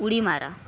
उडी मारा